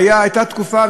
והייתה תקופה,